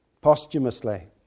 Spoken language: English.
posthumously